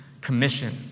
commission